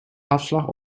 afslag